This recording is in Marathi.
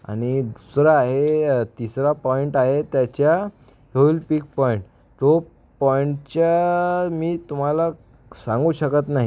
आणि दुसरं आहे तिसरा पॉइंट आहे त्याच्या होल पीक पॉइंट तो पॉइंटच्या मी तुम्हाला सांगू शकत नाही